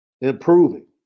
Improving